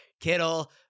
Kittle